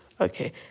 okay